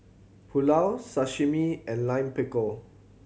Pulao Sashimi and Lime Pickle